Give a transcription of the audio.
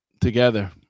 together